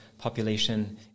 population